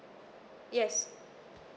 yes